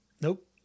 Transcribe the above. Nope